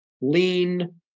lean